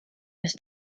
this